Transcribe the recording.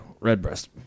Redbreast